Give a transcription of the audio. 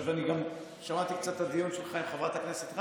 אני גם שמעתי את הדיון שלך עם חברת הכנסת רייטן,